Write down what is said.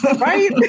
Right